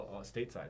stateside